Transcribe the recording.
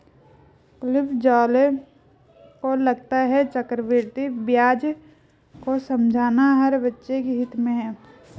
Cliff Zale को लगता है चक्रवृद्धि ब्याज को समझना हर बच्चे के हित में है